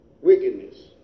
Wickedness